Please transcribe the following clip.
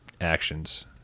actions